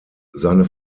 seine